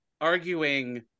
arguing